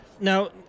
Now